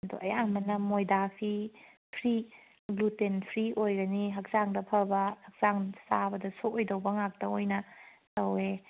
ꯑꯗꯣ ꯑꯌꯥꯝꯕꯅ ꯃꯣꯏꯗꯥꯁꯤ ꯐ꯭ꯔꯤ ꯐ꯭ꯔꯤ ꯑꯣꯏꯒꯅꯤ ꯍꯛꯆꯥꯡꯗ ꯐꯕ ꯍꯛꯆꯥꯡ ꯆꯥꯕꯗ ꯁꯣꯛꯑꯣꯏꯗꯧꯕ ꯉꯥꯛꯇ ꯑꯣꯏꯅ ꯇꯧꯋꯦ